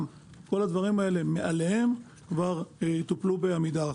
כל הדברים האלה טופלו מאליהם בעמידר.